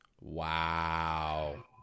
Wow